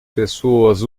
pessoas